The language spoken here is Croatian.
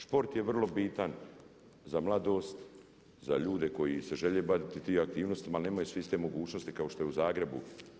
Šport je vrlo bitan za mladost, za ljude koji se žele baviti tim aktivnostima, ali nemaju svi iste mogućnost kao što je u Zagrebu.